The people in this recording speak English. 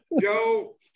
Joe